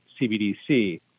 CBDC